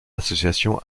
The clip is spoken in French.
association